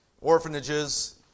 orphanages